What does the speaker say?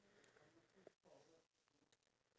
and condensed milk